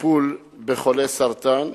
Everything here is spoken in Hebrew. בטיפול בחולי סרטן.